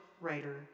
writer